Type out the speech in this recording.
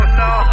no